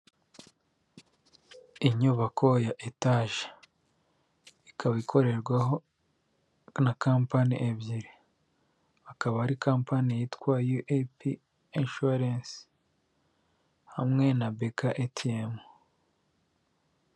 Inyubako ya etaje, ikaba ikorerwaho na Kampani ebyiri. Akaba ari kampani yitwa yu eyipi inshuwarensi hamwe na beka eyiti emu.